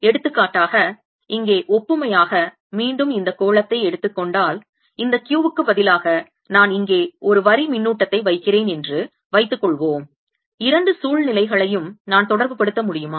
எடுத்துக்காட்டாக இங்கே ஒப்புமையாக மீண்டும் இந்த கோளத்தை எடுத்துக் கொண்டால் இந்த Qவுக்குப் பதிலாக நான் இங்கே ஒரு வரி மின்னூட்டத்தை வைக்கிறேன் என்று வைத்துக்கொள்வோம் இரண்டு சூழ்நிலைகளையும் நான் தொடர்புபடுத்த முடியுமா